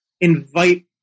invite